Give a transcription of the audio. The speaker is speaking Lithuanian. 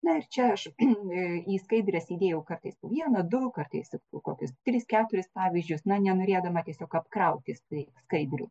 na ir čia aš į skaidres įdėjau kartais po vieną du kartais kokius tris keturis pavyzdžius na nenorėdama tiesiog apkrauti stai skaidrių